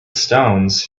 stones